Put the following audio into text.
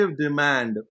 demand